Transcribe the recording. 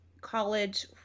College